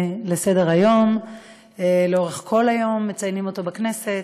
סדר-היום ביום שלאורך כל היום מציינים אותו בכנסת.